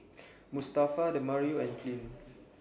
Mustafa Demario and Clint